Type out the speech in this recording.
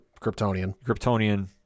Kryptonian